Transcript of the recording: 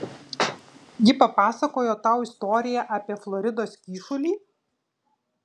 ji papasakojo tau istoriją apie floridos kyšulį